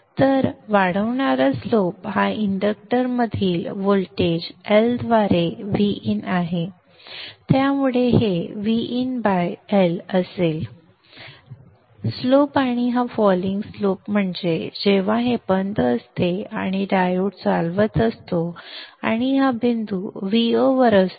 तर वाढवणारा स्लोप हा इंडक्टरमधील व्होल्टेज L द्वारे Vin आहे त्यामुळे हे Vin L स्लोप असेल आणि हा फॉलींग स्लोप म्हणजे जेव्हा हे बंद असते आणि डायोड चालवत असतो आणि हा बिंदू Vo वर असतो